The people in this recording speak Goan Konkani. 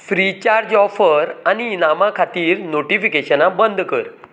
फ्रीचार्ज ऑफर आनी इनामां खातीर नोटिफीकेशनां बंद कर